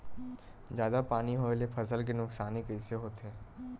जादा पानी होए ले फसल के नुकसानी कइसे होथे?